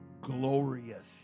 glorious